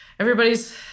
Everybody's